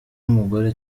umugore